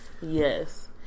Yes